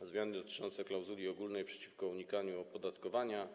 zmiany dotyczące klauzuli ogólnej przeciwko unikaniu opodatkowania.